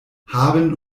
haben